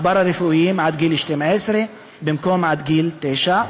הפארה-רפואיים עד גיל 12 במקום עד גיל תשע,